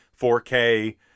4K